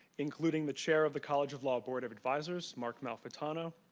including the chair of the college of law board of advisors marc malfitano.